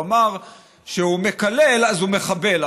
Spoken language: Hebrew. הוא אמר שהוא מקלל, אז הוא מחבל.